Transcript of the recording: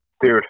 Dude